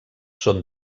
són